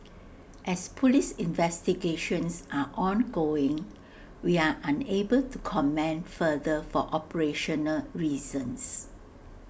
as Police investigations are ongoing we are unable to comment further for operational reasons